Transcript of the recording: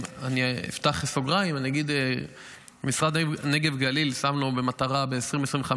אני אפתח סוגריים ואני אגיד שמשרד הנגב והגליל שם לו למטרה ב-2025,